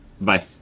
Bye